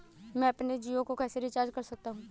मैं अपने जियो को कैसे रिचार्ज कर सकता हूँ?